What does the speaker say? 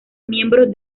miembros